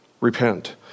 repent